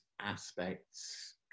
aspects